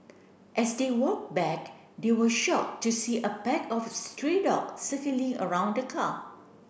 as they walked back they were shocked to see a pack of stray dogs circling around the car